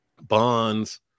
Bonds